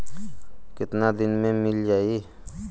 कितना दिन में मील जाई?